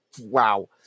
wow